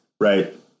Right